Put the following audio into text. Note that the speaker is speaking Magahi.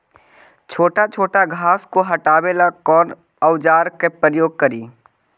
छोटा छोटा घास को हटाबे ला कौन औजार के प्रयोग करि?